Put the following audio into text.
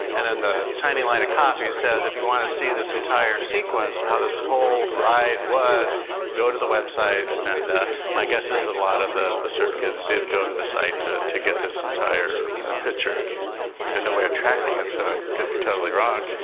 and then the tiny line of copy says, if you want to see this entire sequence how this whole ride was go to the website. and my guess is that a lot of the the surf kids did go to the site to to get this entire picture. got no way of tracking it, so i could be totally wrong.